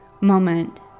moment